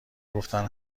گفتن